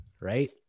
right